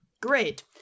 great